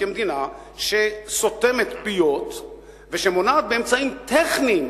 כמדינה שסותמת פיות ושמונעת באמצעים טכניים